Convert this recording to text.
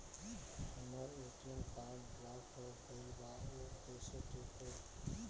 हमर ATM card block हो गईल बा ऊ कईसे ठिक होई?